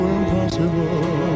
impossible